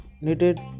knitted